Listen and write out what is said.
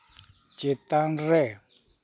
ᱪᱮᱛᱟᱱ ᱨᱮ